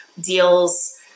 deals